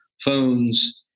phones